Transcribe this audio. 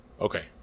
Okay